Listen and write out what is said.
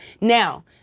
Now